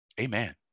Amen